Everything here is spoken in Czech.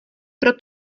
pro